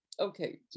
Okay